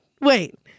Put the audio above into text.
wait